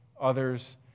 others